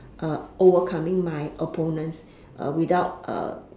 uh overcoming my opponents uh without uh